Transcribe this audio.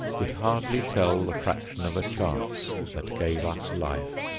could hardly tell the fraction of a chance that gave us life.